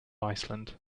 iceland